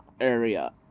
area